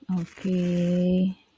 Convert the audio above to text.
okay